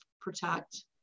protect